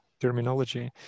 terminology